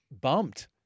bumped